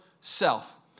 self